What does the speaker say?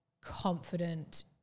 confident